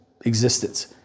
existence